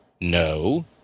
no